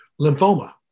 lymphoma